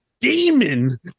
demon